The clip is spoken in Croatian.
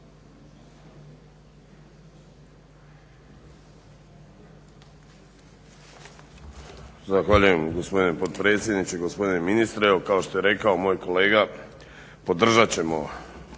Zahvaljujem gospodine potpredsjedniče, gospdine ministre. Evo kao što je rekao moj kolega podržat ćemo